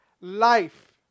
life